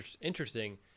interesting